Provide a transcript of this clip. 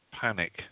panic